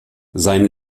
sein